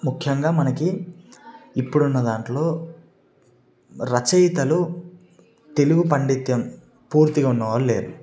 ముఖ్యంగా మనకి ఇప్పుడు ఉన్నదాంట్లో రచయితలు తెలుగు పాండిత్యం పూర్తిగా ఉన్నవాళ్లు లేరు